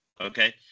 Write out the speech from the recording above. Okay